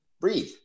breathe